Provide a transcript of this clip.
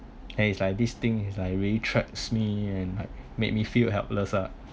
and it's like this thing is like really traps me and like made me feel helpless lah